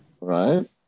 Right